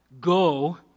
go